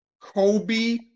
Kobe